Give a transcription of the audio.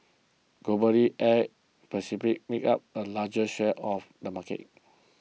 globally air Pacific makes up the largest share of the market